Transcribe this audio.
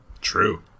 True